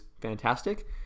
fantastic